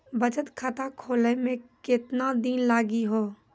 बचत खाता खोले मे केतना दिन लागि हो?